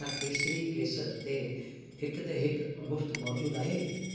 छा केसरी केसर ते हिक ते हिकु मुफ़्ति मौजूदु आहे